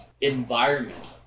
environment